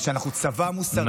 שאנחנו צבא מוסרי,